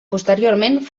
posteriorment